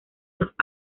los